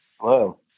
Hello